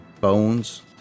bones